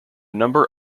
number